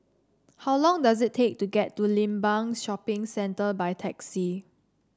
how long does it take to get to Limbang Shopping Centre by taxi